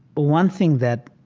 one thing that